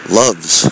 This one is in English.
loves